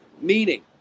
meaning